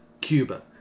Cuba